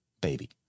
baby